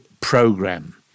program